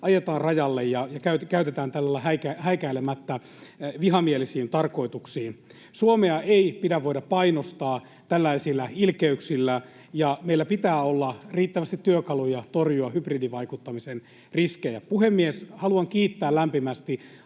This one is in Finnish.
ajetaan sinne rajalle ja käytetään tällä tavalla häikäilemättä vihamielisiin tarkoituksiin. Suomea ei pidä voida painostaa tällaisilla ilkeyksillä, ja meillä pitää olla riittävästi työkaluja torjua hybridivaikuttamisen riskejä. Puhemies! Haluan kiittää lämpimästi